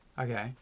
Okay